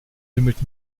lümmelt